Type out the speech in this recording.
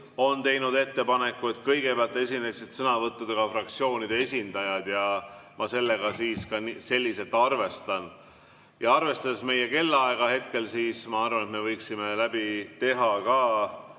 on teinud ettepaneku, et kõigepealt esineksid sõnavõttudega fraktsioonide esindajad. Ma sellega siis selliselt arvestan. Arvestades meie kellaaega hetkel, ma arvan, me võiksime läbi teha ka